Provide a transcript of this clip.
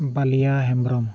Ballia Hembrom